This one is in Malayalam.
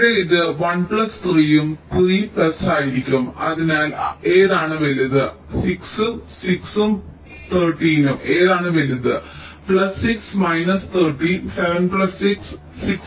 ഇവിടെ ഇത് 1 പ്ലസ് 3 ഉം 3 പ്ലസും ആയിരിക്കും അതിൽ ഏതാണ് വലുത് 6 6 ഉം 13 ഉം ഏതാണ് വലുത് പ്ലസ് 6 13 7 പ്ലസ് 6 6 പ്ലസ് 0 6